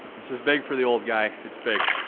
this is big for the old guy, it's big,